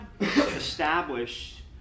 established